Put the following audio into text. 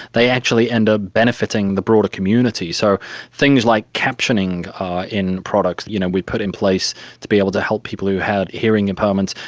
they actually end up benefiting the broader community. so things like captioning in products that you know we put in place to be able to help people who have hearing impairments,